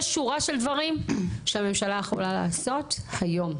יש שורה של דברים שהממשלה יכולה לעשות היום,